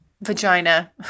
vagina